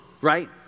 right